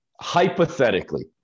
Hypothetically